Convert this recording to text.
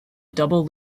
double